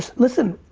listen,